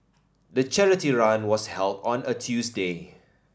the charity run was held on a Tuesday